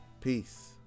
Peace